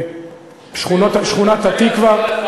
שכונת-התקווה,